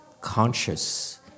conscious